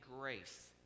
Grace